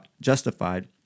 justified